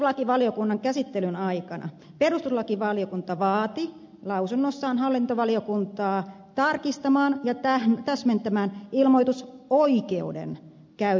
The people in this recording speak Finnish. perustuslakivaliokunnan käsittelyn aikana perustuslakivaliokunta vaati lausunnossaan hallintovaliokuntaa tarkistamaan ja täsmentämään ilmoitusoikeuden käytön syyt